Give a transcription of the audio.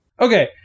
Okay